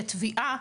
כתביעה,